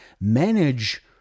manage